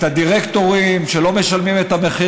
את הדירקטורים שלא משלמים את המחיר